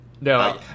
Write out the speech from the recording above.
No